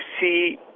see